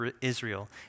Israel